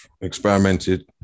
experimented